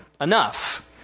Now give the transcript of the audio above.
enough